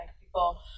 people